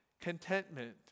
contentment